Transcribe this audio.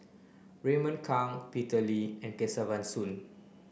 Raymond Kang Peter Lee and Kesavan Soon